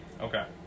Okay